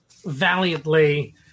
valiantly